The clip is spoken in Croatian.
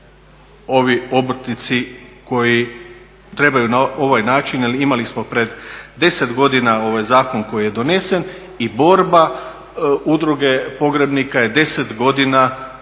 ovi obrtnici koji trebaju na ovaj način, jer imali smo pred 10 godina ovaj zakon koji je donesen i borba udruge pogrebnika je 10 godina da